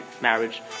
marriage